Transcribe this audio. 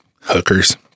hookers